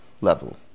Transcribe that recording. level